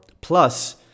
Plus